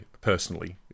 personally